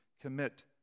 Commit